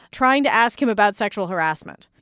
trying to ask him about sexual harassment.